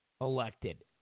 elected